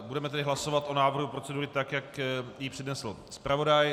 Budeme tedy hlasovat o návrhu procedury, tak jak ji přednesl zpravodaj.